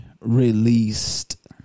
Released